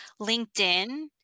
LinkedIn